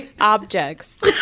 Objects